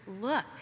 look